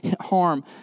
harm